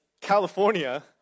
California